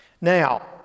Now